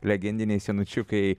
legendiniai senučiukai